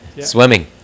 swimming